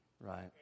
right